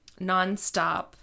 Nonstop